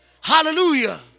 Hallelujah